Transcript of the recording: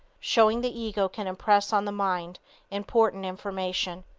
showing the ego can impress on the mind important information.